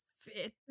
fit